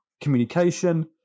communication